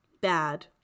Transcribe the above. Bad